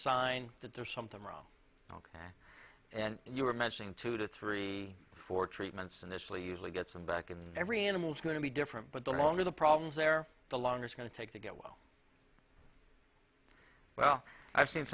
sign that there's something wrong ok and you were mentioning two to three or four treatments initially usually gets them back and every animal is going to be different but the longer the problem is there the longer going to take to get well well i've seen